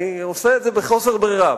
אני עושה את זה בחוסר ברירה.